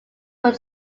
were